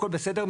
הכל בסדר,